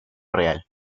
real